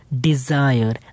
desire